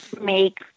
make